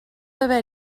haver